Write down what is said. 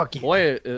Boy